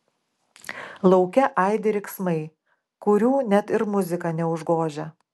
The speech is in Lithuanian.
lauke aidi riksmai kurių net ir muzika neužgožia